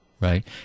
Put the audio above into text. Right